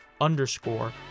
underscore